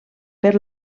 per